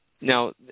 Now